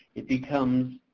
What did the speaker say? it becomes